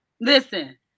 Listen